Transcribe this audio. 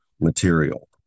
material